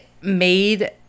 made